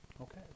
Okay